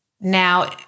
now